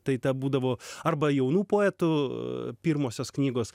tai ta būdavo arba jaunų poetų pirmosios knygos